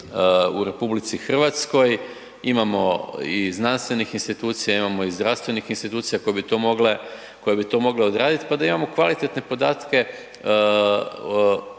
se napravi u RH. Imamo i znanstvenih institucija, imamo i zdravstvenih institucija koje bi to mogle odraditi pa da imamo kvalitetne podatke